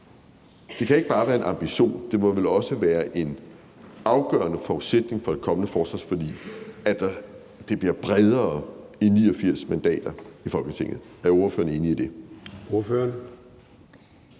Det kan ikke bare være en ambition, det må vel også være en afgørende forudsætning for et kommende forsvarsforlig, at det bliver bredere end 89 mandater i Folketinget. Er ordføreren enig i det?